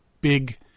big